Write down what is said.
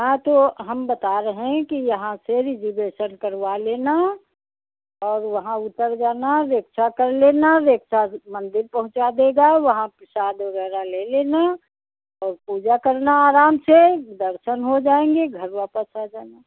हाँ तो हम बता रहे हैं कि यहाँ से रिजर्वेसन करवा लेना और वहाँ उतर जाना रिक्सा कर लेना रिक्सा मंदिर पहुँचा देगा वहाँ प्रसाद वग़ैरह ले लेना और पूजा करना आराम से दर्शन हो जाएंगे घर वापस आ जाना